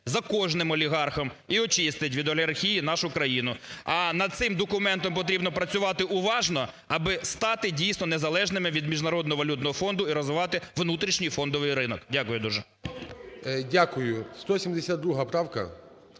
за кожним олігархом і очистить від олігархії нашу країну. А над цим документом потрібно працювати уважно, аби стати, дійсно, незалежними від Міжнародного валютного фонду і розвивати внутрішніх фондовий ринок. Дякую дуже. ГОЛОВУЮЧИЙ. Дякую. 172 правка.